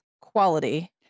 quality